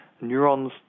neurons